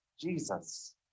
Jesus